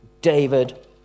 David